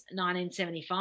1975